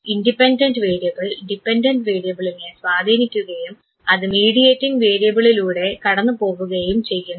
independent variable dependent വേരിയബിളിനെ സ്വാധീനിക്കുകയും അത് മീഡിയേറ്റിംഗ് വേരിയബിളിലൂടെ കടന്നു പോവുകയും ചെയ്യുന്നു